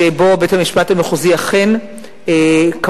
שבו בית-המשפט המחוזי אכן קבע,